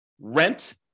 rent